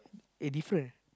eh different eh